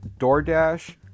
DoorDash